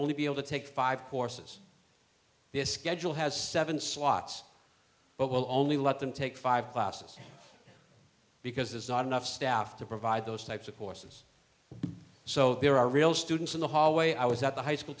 only be able to take five courses the schedule has seven slots but will only let them take five classes because there's not enough staff to provide those types of courses so there are real students in the hallway i was at the high school